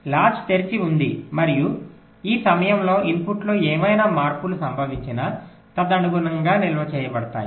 latch తెరిచి ఉంది మరియు ఈ సమయంలో ఇన్పుట్లో ఏవైనా మార్పులు సంభవించినా తదనుగుణంగా నిల్వ చేయబడతాయి